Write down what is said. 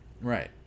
Right